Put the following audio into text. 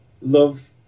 love